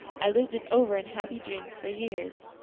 i lived it over in happy dreams for years.